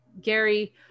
Gary